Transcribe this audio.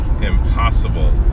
impossible